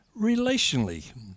relationally